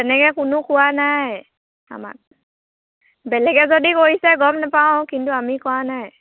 তেনেকৈ কোনেও কোৱা নাই আমাক বেলেগে যদি কৰিছে গম নাপাওঁ কিন্তু আমি কৰা নাই